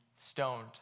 stoned